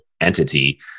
entity